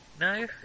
No